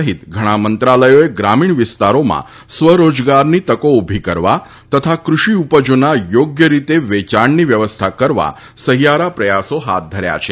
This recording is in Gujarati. સહિત ઘણાં મંત્રાલયોએ ગ્રામીણ વિસ્તારોમાં સ્વ રોજગારની તકો ઊભી કરવા તથા કૃષિ ઉપજોના યોગ્ય રીતે વેચાણની વ્યવસ્થા કરવા સહિયારા પ્રયાસો હાથ ધર્યા છે